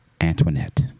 Antoinette